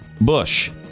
Bush